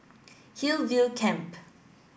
Hillview Camp